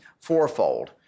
fourfold